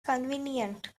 convenient